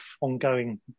ongoing